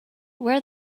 wear